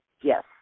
Yes